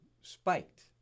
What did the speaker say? spiked